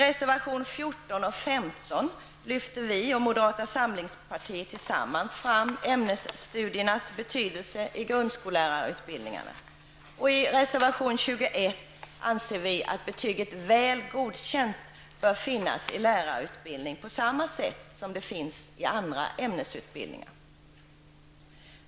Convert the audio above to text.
I reservationerna 14 och 15 lyfter vi och moderata samlingspartiet tillsammans fram ämnesstudiernas betydelse i grundskollärarutbildningarna. I reservation 21 anser vi att betyget väl godkänd bör finnas i lärarutbilningar på samma sätt som det finns i andra ämnesutbildningar.